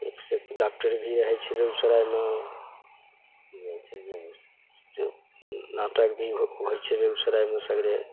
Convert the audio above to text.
एकसे एक डाकटर भी रहै छै बेगूसरायमे नाटक भी होइ छै बेगूसरायमे सगरे